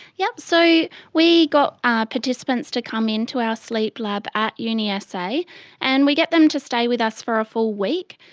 yeah so we got ah participants to come in to our sleep lab at unisa and we get them to stay with us for a full week.